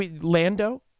Lando